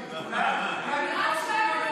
אני לא אתחיל כך.